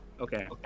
Okay